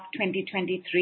2023